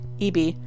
EB